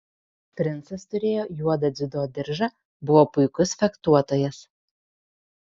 princas turėjo juodą dziudo diržą buvo puikus fechtuotojas